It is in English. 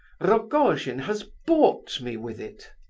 rogojin has bought me with it.